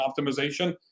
optimization